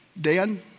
Dan